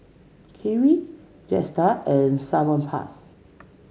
Kiwi Jetstar and Salonpas